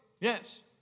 Yes